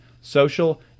social